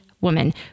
woman